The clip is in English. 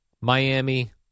Miami